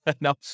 No